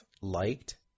liked